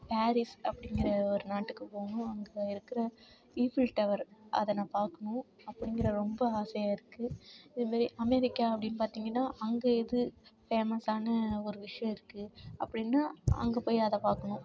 Paris அப்படிங்கிற ஒரு நாட்டுக்கு போகணும் அங்கே இருக்கிற ஈபில் டவர் அதை நான் பார்க்கணும் அப்படிங்கிற ரொம்ப ஆசையாக இருக்குது இதுமாரி அமெரிக்கா அப்படின்னு பார்த்திங்கன்னா அங்கே எது ஃபேமஸான ஒரு விஷயம் இருக்குது அப்படினா அங்கே போய் அதை பார்க்கணும்